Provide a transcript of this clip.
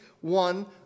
one